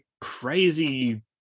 crazy